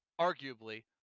arguably